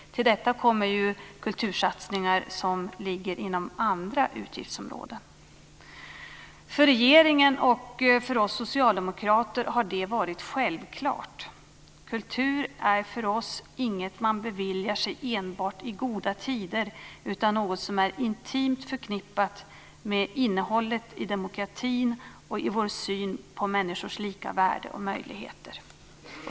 Till detta kommer kultursatsningar som ligger inom andra utgiftsområden. För regeringen och för oss socialdemokrater har det varit självklart. Kultur är för oss inget man beviljar sig enbart i goda tider utan något som är intimt förknippat med innehållet i demokratin och med vår syn på människors lika värde och möjligheter.